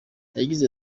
yagize